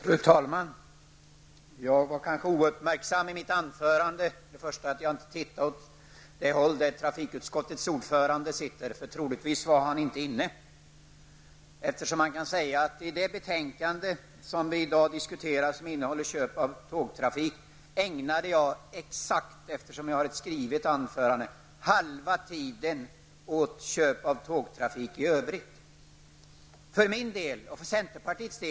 Fru talman! Jag var kanske ouppmärksam när jag höll mitt anförande, då jag inte tittade åt det håll där trafikutskottets ordförande sitter. Troligtvis var han inte inne i kammaren. Med anledning av det betänkande som vi i dag diskuterar och som innehåller köp av tågtrafik ägnade jag exakt halva tiden av mitt anförande åt köp av tågtrafik i övrigt. Det vet jag säkert, eftersom jag hade ett skrivet anförande.